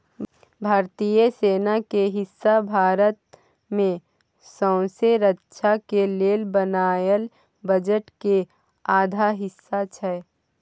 भारतीय सेना के हिस्सा भारत के सौँसे रक्षा के लेल बनायल बजट के आधा हिस्सा छै